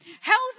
Health